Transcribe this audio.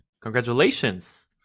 Congratulations